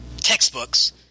textbooks